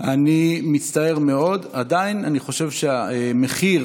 מצטער מאוד, אני עדיין חושב שהמחיר